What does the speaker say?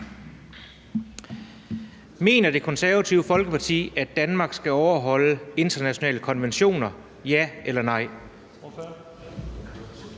Mener Det Konservative Folkeparti, at Danmark skal overholde internationale konventioner – ja eller nej?